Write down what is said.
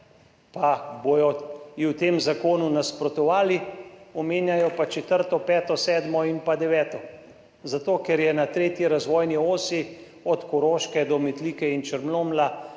ji bodo v tem zakonu nasprotovali, omenjajo pa četrto, peto, sedmo in pa deveto? Zato ker je na 3. razvojni osi od Koroške do Metlike in Črnomlja